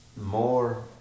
more